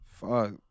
fuck